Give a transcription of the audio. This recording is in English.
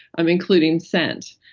um including scent.